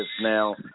now